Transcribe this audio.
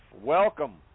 Welcome